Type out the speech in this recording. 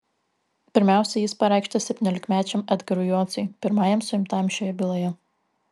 pirmiausiai jis pareikštas septyniolikmečiam edgarui jociui pirmajam suimtajam šioje byloje